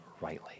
rightly